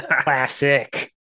Classic